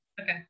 Okay